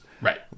Right